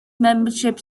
membership